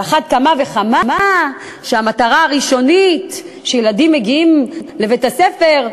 על אחת כמה וכמה שהמטרה הראשונית כשילדים מגיעים לבית-הספר,